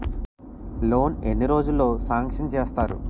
Loan ఎన్ని రోజుల్లో sanction చేస్తారు?